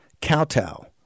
kowtow